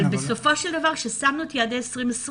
אבל כששמנו את יעדי 2020,